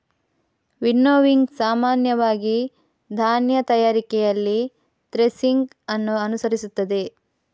winnowing ಸಾಮಾನ್ಯವಾಗಿ ಧಾನ್ಯ ತಯಾರಿಕೆಯಲ್ಲಿ ಥ್ರೆಸಿಂಗ್ ಅನ್ನು ಅನುಸರಿಸುತ್ತದೆ